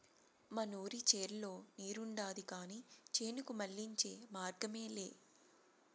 మనూరి చెర్లో నీరుండాది కానీ చేనుకు మళ్ళించే మార్గమేలే